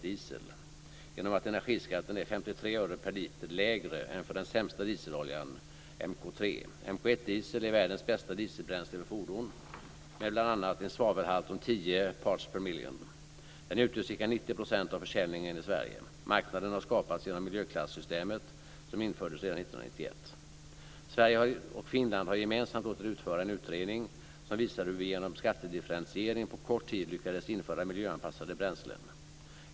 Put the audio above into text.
diesel är världens bästa dieselbränsle för fordon, med bl.a. en svavelhalt om 10 ppm . Den utgör ca 90 % av försäljningen i Sverige. Marknaden har skapats genom miljöklassystemet, som infördes redan 1991. Sverige och Finland har gemensamt låtit utföra en utredning som visar hur vi genom skattedifferentiering på kort tid lyckades införa miljöanpassade bränslen.